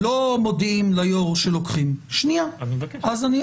או שלא צריך לעגן את מה שמובן מאליו, ואז זה